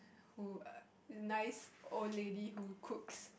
who err nice old lady who cooks